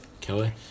Kelly